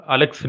Alex